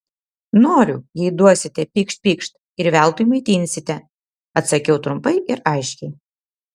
noriu jei duosite pykšt pykšt ir veltui maitinsite atsakiau trumpai ir aiškiai